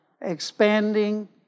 Expanding